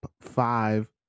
five